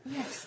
Yes